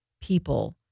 people